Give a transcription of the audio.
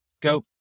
go